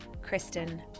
Kristen